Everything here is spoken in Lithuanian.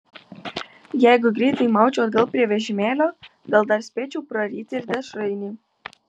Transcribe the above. jeigu greitai maučiau atgal prie vežimėlio gal dar spėčiau praryti ir dešrainį